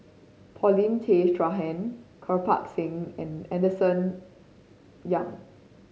Paulin Tay Straughan Kirpal Singh and Henderson Young